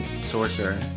sorcerer